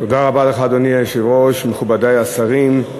אדוני היושב-ראש, תודה רבה לך, מכובדי השרים,